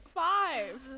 five